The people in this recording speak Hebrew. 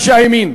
ואנשי ימין,